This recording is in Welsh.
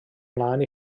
mlaen